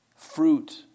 fruit